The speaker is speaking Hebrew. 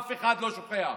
אף אחד לא שוכח.